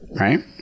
Right